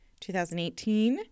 2018